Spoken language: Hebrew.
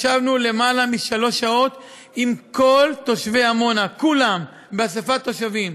ישבנו למעלה משלוש שעות עם כל תושבי עמונה כולם באספת תושבים.